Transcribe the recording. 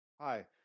Hi